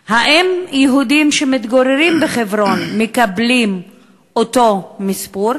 4. האם יהודים שמתגוררים בחברון מקבלים אותו מספור?